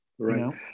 Right